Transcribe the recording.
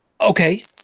Okay